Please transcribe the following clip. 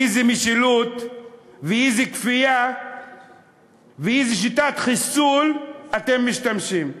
איזו משילות ואיזו כפייה ובאיזו שיטת חיסול אתם משתמשים,